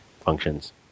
functions